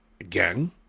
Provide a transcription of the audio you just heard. again